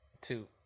two